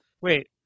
Wait